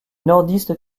nordistes